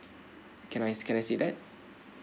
can I can I say that